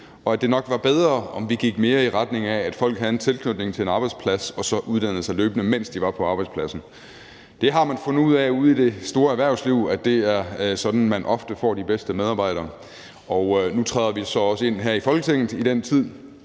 og at det nok var bedre, om vi gik mere i retning af, at folk havde en tilknytning til en arbejdsplads og så uddannede sig løbende, mens de var på arbejdspladsen. Det har man fundet ud af ude i det store erhvervsliv, nemlig at det er sådan, man ofte får de bedste medarbejdere, og nu træder vi så også her i Folketinget ind i den tid,